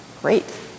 Great